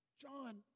John